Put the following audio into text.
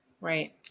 Right